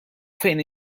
fejn